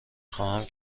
خواهم